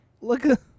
Look